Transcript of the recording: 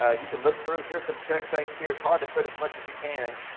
ah you can look through, here's some czech things here, it's hard to put as much as you can,